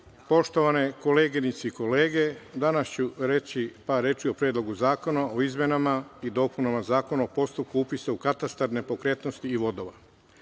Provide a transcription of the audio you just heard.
poštovane koleginice i kolege. Danas ću reći par reči o Predlogu zakona o izmenama i dopunama Zakona o postupku upisa u katastar nepokretnosti i vodova.